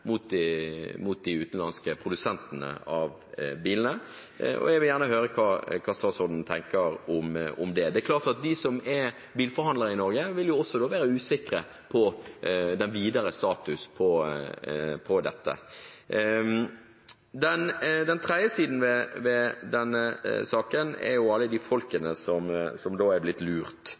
mot de utenlandske produsentene av bilene. Jeg vil gjerne høre hva statsråden tenker om det. Det er klart at de som er bilforhandlere i Norge, også vil være usikre på den videre statusen for dette. Den tredje siden ved denne saken er alle de menneskene som er blitt lurt.